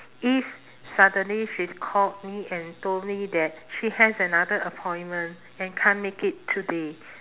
if suddenly she called me and told me that she has another appointment and can't make it today